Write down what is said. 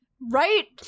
Right